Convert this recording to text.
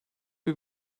bir